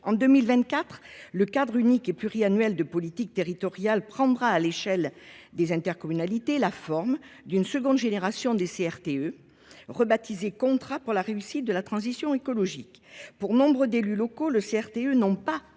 En 2024, le cadre unique et pluriannuel de politique territoriale prendra à l’échelle des intercommunalités la forme d’une seconde génération de contrats de relance et de transition écologique